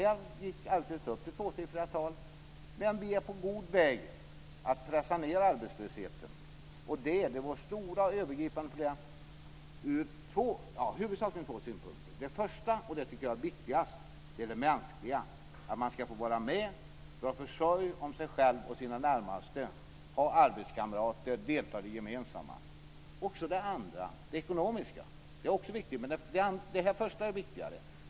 Här gick arbetslösheten upp till tvåsiffriga tal men vi är nu på god väg att pressa ned den. Det stora och övergripande problemet är huvudsakligen följande: För det första - och detta tycker jag är viktigast - handlar det om det mänskliga, att man ska få vara med och dra försorg om sig själv och sina närmaste och att man har arbetskamrater och deltar i det gemensamma. För det andra handlar det om det ekonomiska, som också är viktigt. Men det förstnämnda är viktigare.